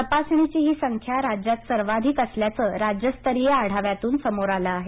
तपासणीची ही संख्या राज्यात सर्वाधिक असल्याचं राज्यस्तरीय आढाव्यातून समोर आलं आहे